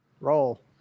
Roll